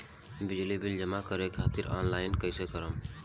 बिजली बिल जमा करे खातिर आनलाइन कइसे करम?